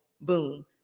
boom